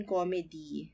Comedy